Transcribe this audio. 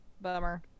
Bummer